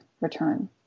return